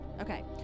Okay